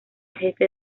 jefe